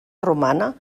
romana